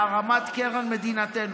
להרמת קרן מדינתנו.